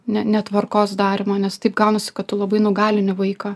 ne ne tvarkos darymo nes taip gaunasi kad tu labai nugalini vaiką